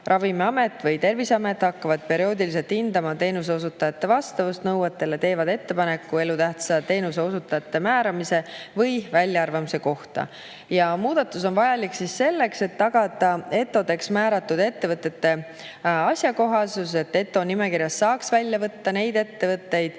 Ravimiamet või Terviseamet hakkavad perioodiliselt hindama teenuseosutajate vastavust nõuetele, teevad ettepaneku elutähtsa teenuse osutajate määramise või väljaarvamise kohta. Muudatus on vajalik selleks, et tagada ETO‑deks määratud ettevõtete asjakohasus, et ETO nimekirjast saaks välja võtta neid ettevõtteid,